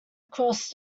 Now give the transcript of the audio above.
across